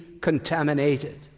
contaminated